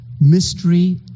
mystery